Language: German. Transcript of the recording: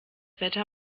wetter